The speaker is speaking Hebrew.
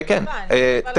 אני מקשיבה להכול.